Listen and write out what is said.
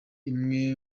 imwe